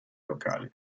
locali